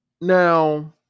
Now